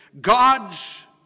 God's